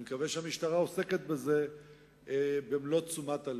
אני מקווה שהמשטרה עוסקת בזה במלוא תשומת הלב.